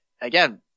again